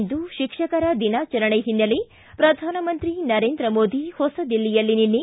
ಇಂದು ಶಿಕ್ಷಕರ ದಿನಾಚರಣೆ ಹಿನ್ನೆಲೆ ಪ್ರಧಾನಮಂತ್ರಿ ನರೇಂದ್ರ ಮೋದಿ ಹೊಸದಿಲ್ಲಿಯಲ್ಲಿ ನಿನ್ನೆ